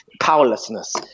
powerlessness